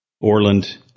Orland